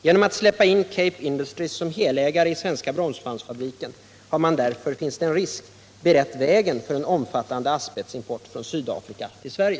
Genom att släppa in Cape Industries som helägare i Svenska Bromsbandsfabriken AB finns det en risk att man har berett vägen för en omfattande asbestimport från Sydafrika till Sverige.